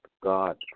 God